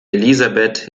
elisabeth